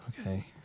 Okay